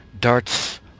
darts